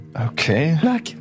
Okay